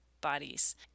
bodies